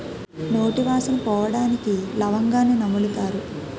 నోటి వాసన పోవడానికి లవంగాన్ని నములుతారు